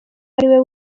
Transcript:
ariwe